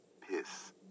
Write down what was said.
piss